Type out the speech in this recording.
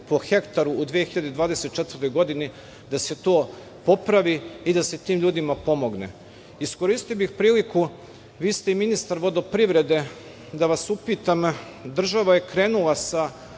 po hektaru u 2024. godini, da se to popravi i da se tim ljudima pomogne. Iskoristio bih priliku, vi ste i ministar vodoprivrede, da vas upitam – država je krenula sa